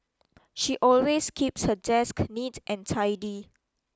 she always keeps her desk neat and tidy